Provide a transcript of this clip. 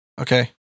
Okay